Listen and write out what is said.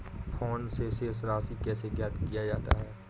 Phone से शेष राशि कैसे ज्ञात किया जाता है?